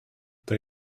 they